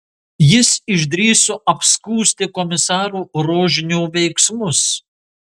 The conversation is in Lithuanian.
jis išdrįso apskųsti komisaro rožnio veiksmus